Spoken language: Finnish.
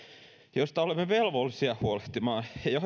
joista olemme velvollisia huolehtimaan ja ja